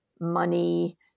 money